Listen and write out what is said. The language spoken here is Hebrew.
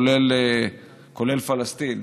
כולל פלסטין,